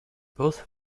both